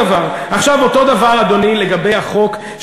עכשיו, אותו דבר, אדוני, לגבי החוק.